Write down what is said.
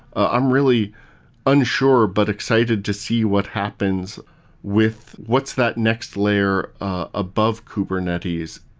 i'm really unsure but excited to see what happens with what's that next layer above kubernetes.